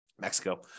Mexico